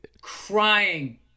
crying